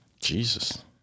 Jesus